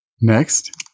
Next